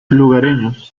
lugareños